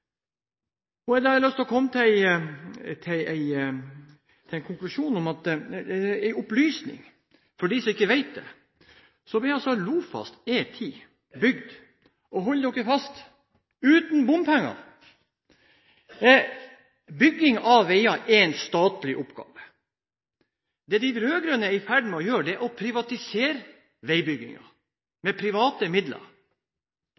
prosjektet. Jeg har lyst til å komme med en opplysning for dem som ikke vet det: Lofast, E10, ble altså bygd – og hold dere fast – uten bompenger. Bygging av veier er en statlig oppgave. Det de rød-grønne er i ferd med å gjøre, er å privatisere